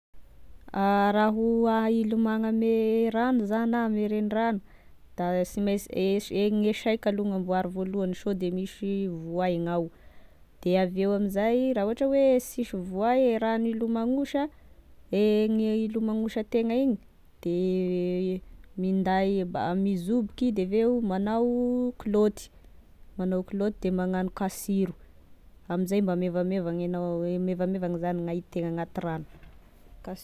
Raha ho hilomagno ame ragno zany ah ame regniragno, da sy mainsy e gne saiko aloha gn'amboariko voalohany sode misy voay gnao de aveo amzay raha ohatry hoe sisy voay gne ragno hilomagnosa e gne hilomagnosategna igny da minday mizoboky de aveo magnao kilaoty de magnano kasiro amzay mba mevameva gn'ena mba mevamevagny zany gn'aitegna agnaty ragno, kas-.